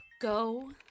Go